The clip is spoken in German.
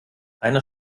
einer